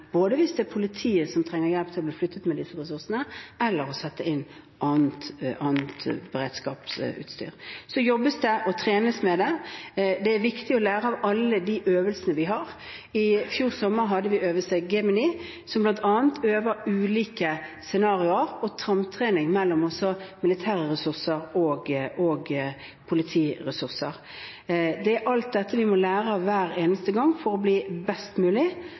hvis politiet trenger hjelp til å bli flyttet på, med disse ressursene, eller å sette inn annet beredskapsutstyr. Det jobbes med det, og det trenes. Det er viktig å lære av alle de øvelsene vi har. I fjor sommer hadde vi Øvelse Gemini, der man bl.a. øvet på ulike scenarioer og samtrening mellom militære ressurser og politiressurser. Det er alt dette vi må lære av hver eneste gang for å bli best mulig